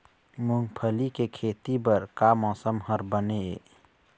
मूंगफली के खेती बर का मौसम हर बने ये?